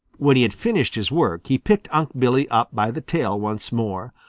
when he had finished his work he picked unc' billy up by the tail once more,